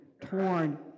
torn